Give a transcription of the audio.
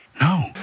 No